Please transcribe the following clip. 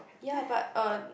ya but uh